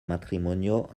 matrimonio